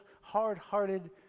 hard-hearted